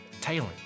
Taylor